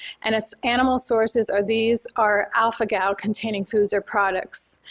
and its animal sources are these are alpha-gal containing foods or products.